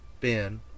Ben